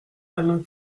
alain